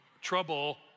trouble